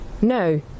No